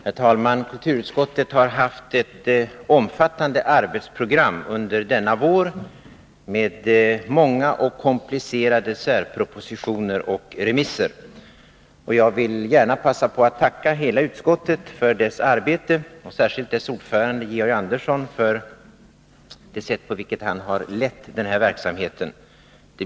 Herr talman! Kulturutskottet har haft ett omfattande arbetsprogram under denna vår med många och komplicerade särpropositioner och remisser. Jag vill gärna passa på att tacka hela utskottet för dess arbete, särskilt dess ordförande Georg Andersson för det sätt på vilket han har lett den här verksamheten.